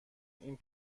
این